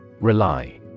Rely